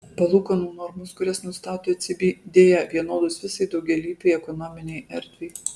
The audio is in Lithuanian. palūkanų normos kurias nustato ecb deja vienodos visai daugialypei ekonominei erdvei